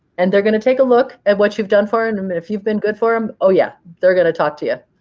and they're going to take a look at what you've done for them. and and but if you've been good for him, oh yeah, they're going to talk to you.